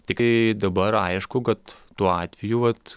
tikai dabar aišku kad tuo atveju vat